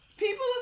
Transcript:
People